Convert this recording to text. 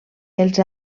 els